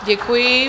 Děkuji.